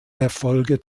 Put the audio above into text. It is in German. erfolge